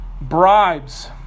bribes